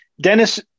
Dennis